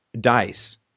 dice